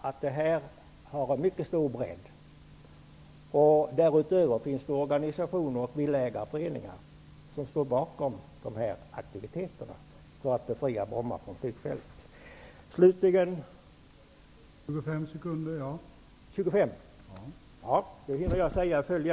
att dessa strävanden har en mycket stor bredd. Därutöver finns organisationer och villaägarföreningar som står bakom dessa aktiviteter för att befria Bromma flygfält från flyg.